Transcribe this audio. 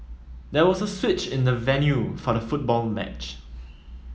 there was a switch in the venue for the football match